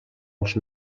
els